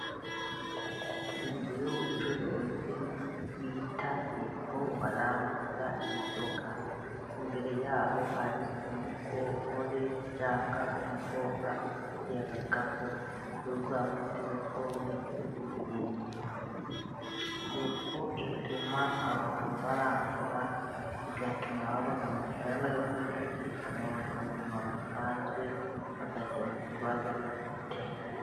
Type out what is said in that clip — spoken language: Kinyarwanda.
Inzu y'ubucuruzi bita depo baranguza inzoga ,imbere y'aho hari umugore cyangwa umukobwa ufite agakapu uri kureba muri telefone uri kugenda , depo ituma abantu barangura bigatuma babona amafaranga yo kwifashisha mu bundi buzima busanzwe bagakemura utubazo bafite.